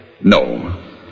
No